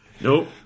Nope